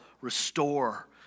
restore